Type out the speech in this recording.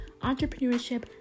entrepreneurship